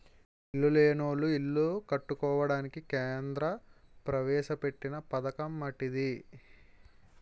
ఇల్లు లేనోళ్లు ఇల్లు కట్టుకోవడానికి కేంద్ర ప్రవేశపెట్టిన పధకమటిది